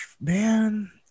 Man